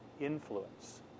influence